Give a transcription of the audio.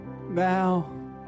now